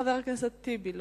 חבר הכנסת טיבי,